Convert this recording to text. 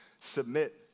submit